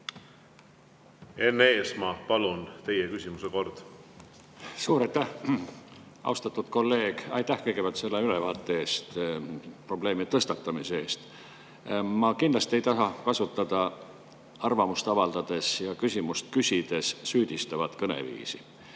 Enn Eesmaa, palun! Teie küsimuse kord. Suur aitäh! Austatud kolleeg, aitäh kõigepealt selle ülevaate eest ja probleemi tõstatamise eest! Ma kindlasti ei taha kasutada arvamust avaldades ja küsimust küsides süüdistavat kõneviisi.